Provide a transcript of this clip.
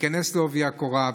להיכנס בעובי הקורה,